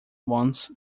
once